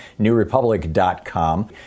newrepublic.com